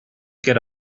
get